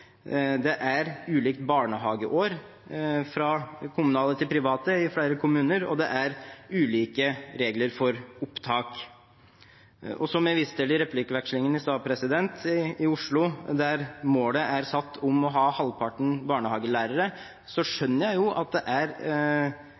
det er ulikt barnehageår i kommunale og private barnehager i flere kommuner, og det er ulike regler for opptak. Som jeg viste til i replikkvekslingen i stad: I Oslo, der det er satt som mål å ha halvparten barnehagelærere,